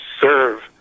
serve